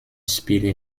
spiele